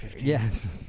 Yes